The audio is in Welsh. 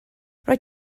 rwyt